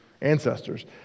ancestors